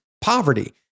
poverty